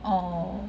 orh